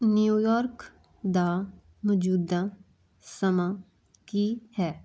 New York ਦਾ ਮੌਜੂਦਾ ਸਮਾਂ ਕੀ ਹੈ